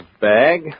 bag